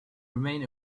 remain